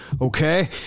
Okay